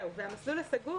המאפיין את המסלול הסגור,